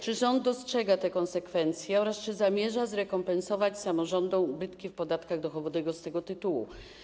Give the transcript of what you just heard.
Czy rząd dostrzega te konsekwencje oraz czy zamierza zrekompensować samorządom ubytki w podatkach dochodowych z tego tytułu?